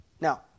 Now